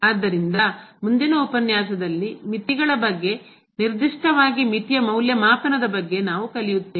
ಆದ್ದರಿಂದ ಮುಂದಿನ ಉಪನ್ಯಾಸದಲ್ಲಿ ಮಿತಿಗಳ ಬಗ್ಗೆ ನಿರ್ದಿಷ್ಟವಾಗಿ ಮಿತಿಯ ಮೌಲ್ಯಮಾಪನದ ಬಗ್ಗೆ ನಾವು ಕಲಿಯುತ್ತೇವೆ